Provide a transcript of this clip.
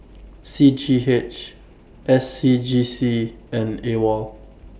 C G H S C G C and AWOL